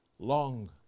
long